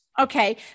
Okay